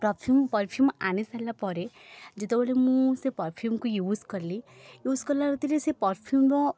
perfume perfume ଆଣି ସାରିଲା ପରେ ଯେତେବେଳେ ମୁଁ ସେ ପରଫ୍ୟୁମ୍କୁ ୟୁଜ୍ କଲି ୟୁଜ୍ କଲା ଭିତରେ ସେ ପରଫ୍ୟୁମ୍ର